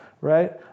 right